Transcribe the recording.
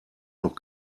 noch